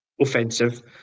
offensive